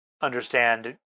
understand